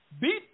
Beat